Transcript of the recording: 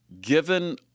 given